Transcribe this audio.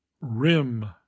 Rim